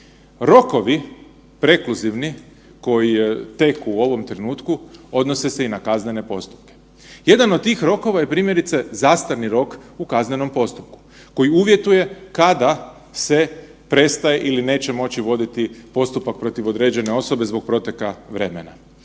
Rokovi, prekluzivni koji teku u ovom trenutku, odnose se i na kaznene postupke. Jedan od tih rokova je primjerice, zastarni rok u kaznenom postupku koji uvjetuje kada se prestaje ili neće moći voditi postupak protiv određene osobe zbog proteka vremena.